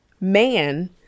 man